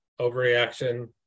overreaction